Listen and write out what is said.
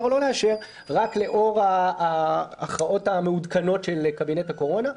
או לא לאשר רק לאור ההכרעות המעודכנות של קבינט הקורונה.